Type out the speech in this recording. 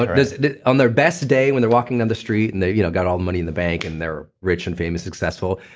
but on their best day when they're walking down the street and they've you know got all the money in the bank and they're rich and famous successful,